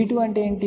b2 అంటే ఏమిటి